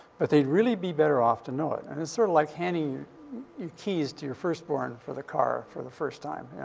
but they'd really be better off to know it. and it's sort of like handing your your keys to your firstborn for the car for the first time, yeah